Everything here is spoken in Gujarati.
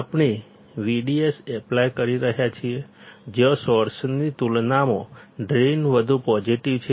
આપણે VDS એપ્લાય કરી રહ્યા છીએ જ્યાં સોર્સની તુલનામાં ડ્રેઇન વધુ પોઝિટિવ છે